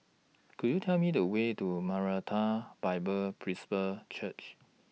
Could YOU Tell Me The Way to Maranatha Bible Presby Church